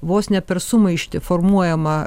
vos ne per sumaištį formuojamą